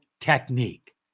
technique